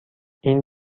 این